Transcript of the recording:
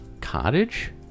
cottage